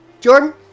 Jordan